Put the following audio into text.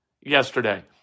yesterday